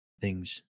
thing's